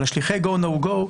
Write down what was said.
אבל שליחי go-no-go,